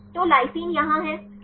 तो लाइसिन यहाँ है